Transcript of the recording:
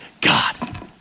God